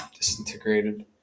disintegrated